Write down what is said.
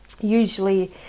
Usually